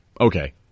Okay